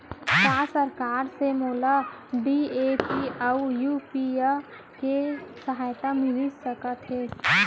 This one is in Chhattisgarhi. का सरकार से मोला डी.ए.पी अऊ यूरिया के सहायता मिलिस सकत हे?